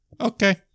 okay